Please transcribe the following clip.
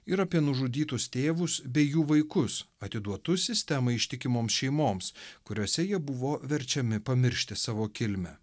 ir apie nužudytus tėvus bei jų vaikus atiduotus sistemai ištikimoms šeimoms kuriose jie buvo verčiami pamiršti savo kilmę